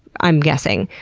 i'm guessing.